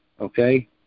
okay